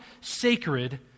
sacred